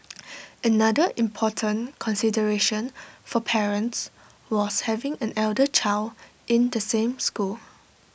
another important consideration for parents was having an elder child in the same school